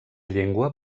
llengua